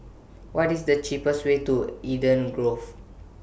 What IS The cheapest Way to Eden Grove